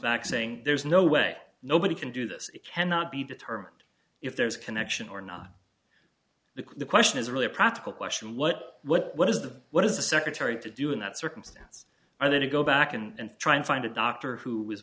back saying there's no way nobody can do this it cannot be determined if there's a connection or not because the question is really a practical question what what what is the what is the secretary to do in that circumstance and then to go back and try and find a doctor who was